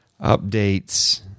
Updates